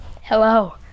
Hello